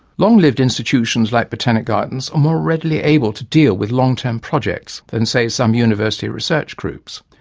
long-lived institutions like botanic gardens are more readily able to deal with long-term projects than, say, some university research groups.